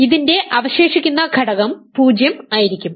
ഇതിൻറെ അവശേഷിക്കുന്ന ഘടകം 0 ആയിരിക്കും